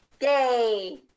Yay